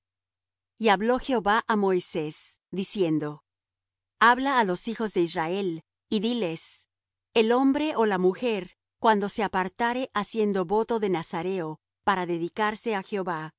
y hablo jehová á moisés diciendo habla á los hijos de israel y diles el hombre ó la mujer cuando se apartare haciendo voto de nazareo para dedicarse á jehová